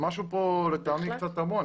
לטעמי משהו כאן תמוה.